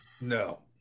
No